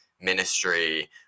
ministry